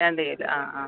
വേണ്ടി വരും ആ ആ